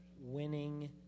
winning